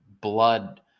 blood